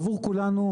עבור כולנו,